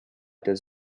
does